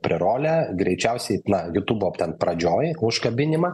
prerolę greičiausiai na jutūbo ten pradžioj užkabinimą